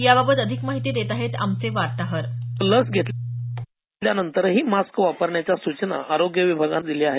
याबाबत अधिक माहिती देत आहेत आमचे वार्ताहर लस घेतल्यानंतरही मास्क वापरण्याच्या सूचना आरोग्य विभागाने दिल्या आहेत